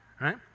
right